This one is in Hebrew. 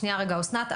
שנייה רגע, אסנת.